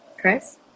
chris